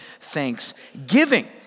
thanksgiving